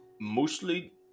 mostly